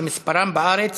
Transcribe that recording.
שמספרם בארץ